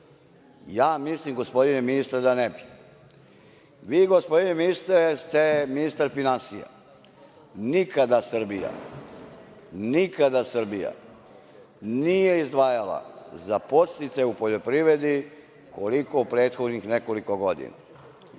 Ja mislim, gospodine ministre, da ne bi. Gospodine ministre, vi ste ministar finansija. Nikada Srbija nije izdvajala za podsticaje u poljoprivrede koliko prethodnih nekoliko godina. Da